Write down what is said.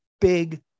big